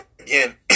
again